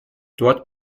dort